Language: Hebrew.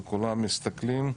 וכולם מסתכלים,